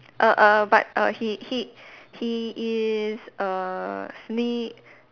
err err but err he he he is err sni~